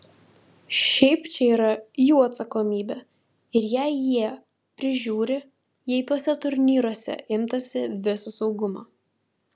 šiaip čia yra jų atsakomybė ir jei jie prižiūri jei tuose turnyruose imtasi viso saugumo